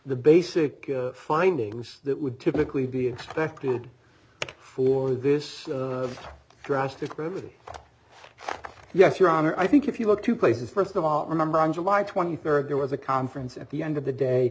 the basic findings that would typically be expected for this drastic brevity yes your honor i think if you look two places first of all remember on july twenty third there was a conference at the end of the day